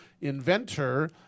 inventor